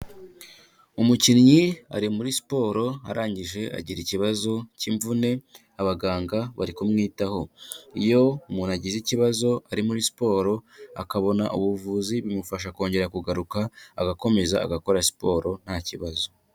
Umukinnyi ari muri siporo arangije agira ikibazo k'imvune abaganga bari kumwitaho. Iyo umuntu agize ikibazo ari muri siporo akabona ubuvuzi bimufasha kongera kugaruka agakomeza agakora siporo nta kibazo.